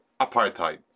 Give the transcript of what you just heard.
apartheid